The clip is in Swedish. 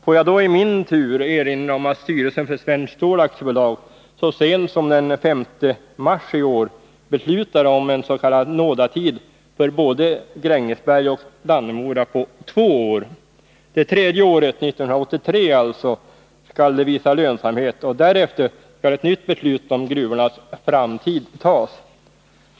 Får jag då i min tur erinra om att styrelsen för Svenskt Stål AB så sent som den 5 mars i år beslutade om en s.k. nådatid för både Grängesberg och Dannemora på två år. Det tredje året, 1983 alltså, skall de visa lönsamhet, och därefter skall ett nytt beslut om gruvornas framtid fattas.